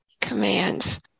commands